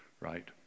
right